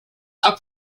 are